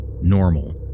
normal